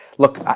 look,